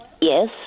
Yes